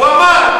הוא אמר.